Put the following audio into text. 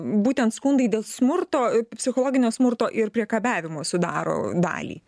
būtent skundai dėl smurto psichologinio smurto ir priekabiavimo sudaro dalį